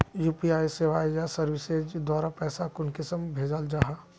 UPI सेवाएँ या services द्वारा पैसा कुंसम भेजाल जाहा?